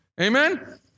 Amen